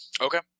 Okay